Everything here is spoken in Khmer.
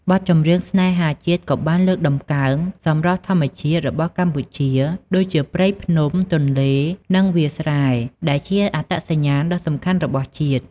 បទចម្រៀងស្នេហាជាតិក៏បានលើកតម្កើង សម្រស់ធម្មជាតិ របស់កម្ពុជា ដូចជាព្រៃភ្នំ ទន្លេ និងវាលស្រែ ដែលជាអត្តសញ្ញាណដ៏សំខាន់របស់ជាតិ។